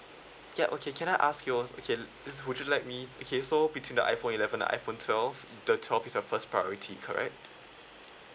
ya okay can I ask you was okay yes would you like me okay so between the iphone eleven and iphone twelve the twelve is your first priority correct